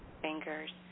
fingers